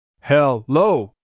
Hello